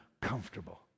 comfortable